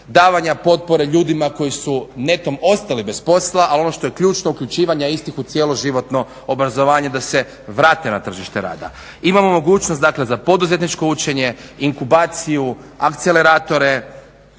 davanja potpore ljudima koji su netom ostali bez posla, a ono što je ključno uključivanje istih u cijeloživotno obrazovanje da se vrate na tržište rada. Imamo mogućnost dakle za poduzetničko učenje, inkubaciju, akceleratore,